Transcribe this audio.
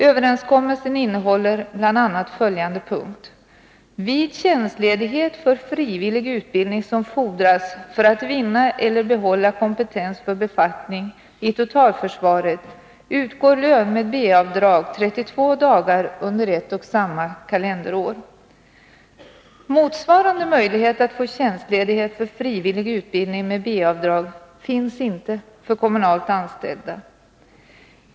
Överenskommelsen innehåller bl.a. följande punkt: Motsvarande möjlighet att få tjänstledighet för frivillig utbildning med B-avdrag finns inte för kommunalt anställda.